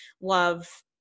love